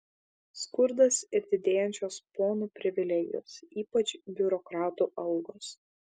skurdas ir didėjančios ponų privilegijos ypač biurokratų algos